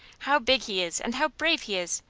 how big he is, and how brave he is,